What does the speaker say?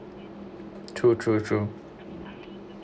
true true true